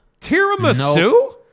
Tiramisu